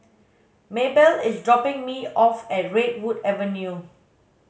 Mabell is dropping me off at Redwood Avenue